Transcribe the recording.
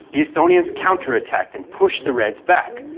the estonians counterattacked and pushed the reds back,